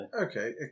okay